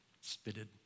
spitted